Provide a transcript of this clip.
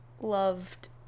loved